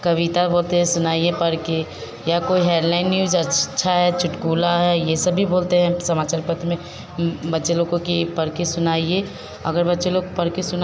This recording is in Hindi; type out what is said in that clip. कविता बोलते हैं सुनाइए पढ़कर या कोई हेडलाइन न्यूज अच्छी है चुटकुला है ये सब भी बोलते हैं समाचार पत्र में बच्चे लोग को कि पढ़कर सुनाइए अगर बच्चे लोग पढ़कर सुना